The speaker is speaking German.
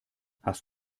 hast